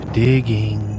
digging